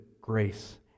grace